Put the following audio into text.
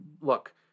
look